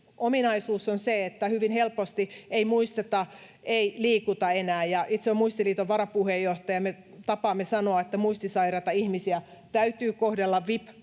ominaisuus on se, että hyvin helposti ei muisteta liikkua, ei liikuta enää. Itse olen Muistiliiton varapuheenjohtaja, ja me tapaamme sanoa, että muistisairaita ihmisiä täytyy kohdella vip-potilaina.